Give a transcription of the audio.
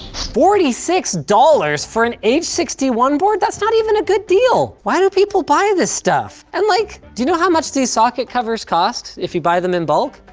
forty six dollars for an h six one board? that's not even a good deal. why do people buy this stuff? and like, do you know how much these socket covers cost if you buy them in bulk?